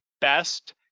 best